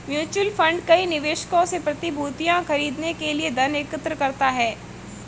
mutual fund कई निवेशकों से प्रतिभूतियां खरीदने के लिए धन एकत्र करता है